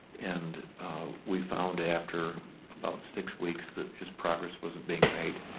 and we found after about six weeks that his progress wasn't being made.